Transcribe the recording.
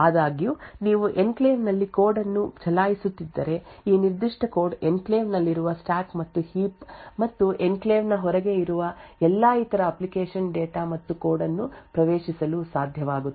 ಆದಾಗ್ಯೂ ನೀವು ಎನ್ಕ್ಲೇವ್ ನಲ್ಲಿ ಕೋಡ್ ಅನ್ನು ಚಲಾಯಿಸುತ್ತಿದ್ದರೆ ಈ ನಿರ್ದಿಷ್ಟ ಕೋಡ್ ಎನ್ಕ್ಲೇವ್ ನಲ್ಲಿರುವ ಸ್ಟಾಕ್ ಮತ್ತು ಹೀಪ್ ಮತ್ತು ಎನ್ಕ್ಲೇವ್ ನ ಹೊರಗೆ ಇರುವ ಎಲ್ಲಾ ಇತರ ಅಪ್ಲಿಕೇಶನ್ ಡೇಟಾ ಮತ್ತು ಕೋಡ್ ಅನ್ನು ಪ್ರವೇಶಿಸಲು ಸಾಧ್ಯವಾಗುತ್ತದೆ